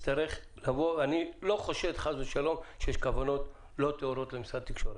אני לא חושד חס ושלום שבמשרד התקשורת יש כוונות לא טהורות,